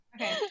Okay